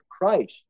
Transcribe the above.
Christ